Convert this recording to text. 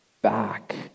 back